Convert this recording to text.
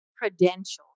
credentials